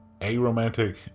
aromantic